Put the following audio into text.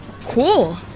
Cool